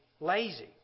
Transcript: lazy